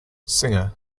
singer